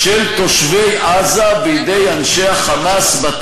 אותה ממשלה, חבר הכנסת חאג' יחיא,